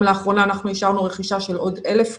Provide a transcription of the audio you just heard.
לאחרונה אנחנו אישרנו רכישה של עוד 1,000 כאלה.